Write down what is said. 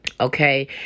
okay